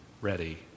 ready